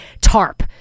tarp